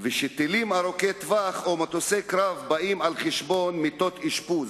ושטילים ארוכי טווח או מטוסי קרב באים על חשבון מיטות אשפוז,